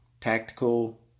tactical